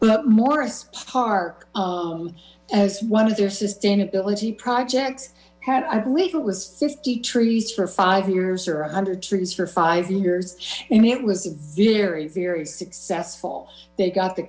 morris park as one of their sustainability projects had i believe it was fifty trees for five years or one hundred trees for five years and it was a very very successful they got the